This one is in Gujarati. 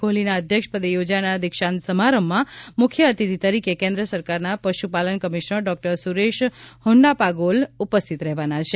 કોહલીના અધ્યક્ષપદે યોજાનાર દિક્ષાંત સમારંભમાં મુખ્ય અતિથિ તરીકે કેન્દ્ર સરકારના પશુપાલન કમિશનર ડોક્ટર સુરેશ હોન્નાપાગોલ ઉપસ્થિત રહેવાના છે